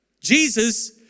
Jesus